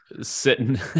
sitting